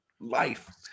life